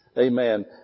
Amen